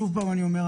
שוב פעם אני אומר,